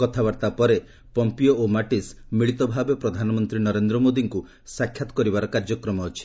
କଥାବାର୍ତ୍ତା ପରେ ପମ୍ପିଓ ଓ ମାଟିସ୍ ମିଳିତ ଭାବେ ପ୍ରଧାନମନ୍ତ୍ରୀ ନରେନ୍ଦ୍ର ମୋଦିଙ୍କୁ ସାକ୍ଷାତ କରିବାର କାର୍ଯ୍ୟକ୍ରମ ଅଛି